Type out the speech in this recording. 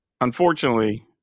unfortunately